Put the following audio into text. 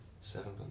Seven